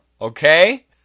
okay